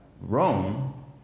Rome